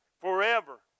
Forever